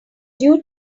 due